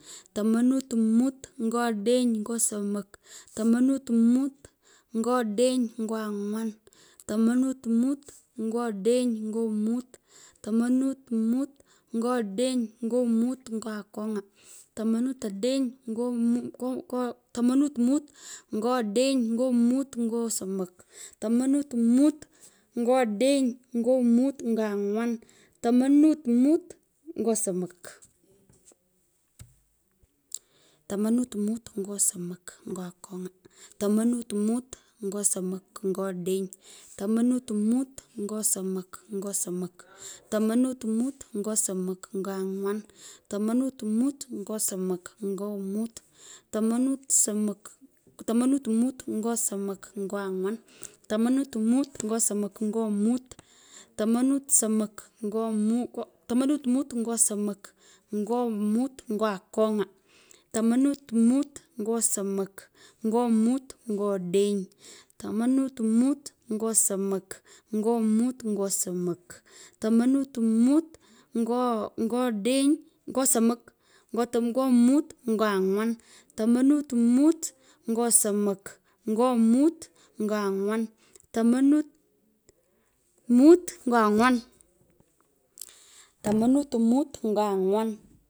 Tomant mut ngo odeny nyo somok, tamanut mut ngo odeny nyo angwan, tamanut mut ngo odeny ngo mut, tamanut mut ngo odeny ngo mot nyo akong’a, tamanut odeny tamanut mut ngo odeny mut nyo somok, tamanut mut nyo odeny nyo mut nyo anywan tamanut mut nyo odeny nyo mut nyo angwan, tamanut mut nyo somok. Tamanut mut nyo somok akong’a, tamanut mut nyo somok ngo somok, tamanut mut nyo somok nyo somok, tamanut mut nyo somok nyo angwan tamanut mut nyo somok ngo mut tamanut somok, tamanut mut nyo somok nyo mut nyo angwa tamanut mut nyo somok nyo mut. tamanut som tamanut mut ngo somok ngo mut ngo akong'a, tamanut mut nyo somok nyo mut nyo odeny, tamanut mut ngo somok nyo mut ngo somok, tamanut mut nyo odeny, nyo somok nyo mut ngo angwan, tamanut mut nyo somok ngo mut ngo angwan, tamonut mut ngo angwan, tamanut mut ngo angwan.